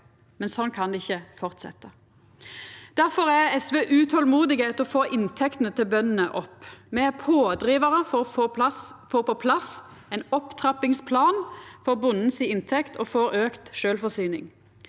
Men sånn kan det ikkje fortsetja. Difor er SV utolmodig etter å få inntektene til bøndene opp. Me er pådrivarar for å få på plass ein opptrappingsplan for bonden si inntekt og for auka sjølvforsyning,